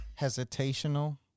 hesitational